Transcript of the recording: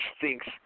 thinks